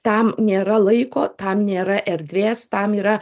tam nėra laiko tam nėra erdvės tam yra